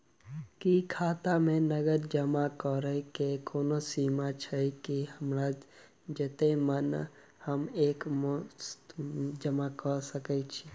की खाता मे नगद जमा करऽ कऽ कोनो सीमा छई, की हमरा जत्ते मन हम एक मुस्त जमा कऽ सकय छी?